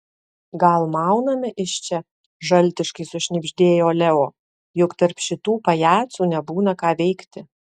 gal mauname iš čia žaltiškai sušnibždėjo leo juk tarp šitų pajacų nebūna ką veikti